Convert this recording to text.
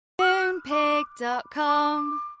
Moonpig.com